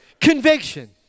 Conviction